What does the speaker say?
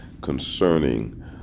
concerning